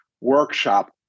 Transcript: Workshop